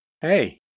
Hey